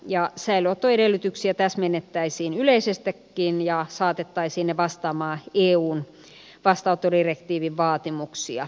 säilöönoton edellytyksiä täsmennettäisiin yleisestikin ja saatettaisiin ne vastaamaan eun vastaanottodirektiivin vaatimuksia